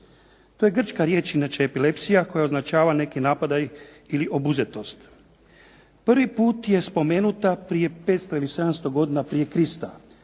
To je grčka riječ inače epilepsija koja označava neki napadaj ili obuzetost. Prvi puta je spomenuta prije 500 ili 700 godina prije Krista.